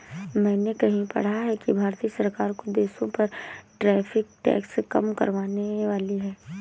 मैंने कहीं पढ़ा है कि भारतीय सरकार कुछ देशों पर टैरिफ टैक्स कम करनेवाली है